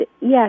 yes